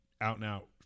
out-and-out